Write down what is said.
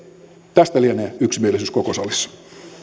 tästä lienee yksimielisyys koko salissa